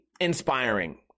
inspiring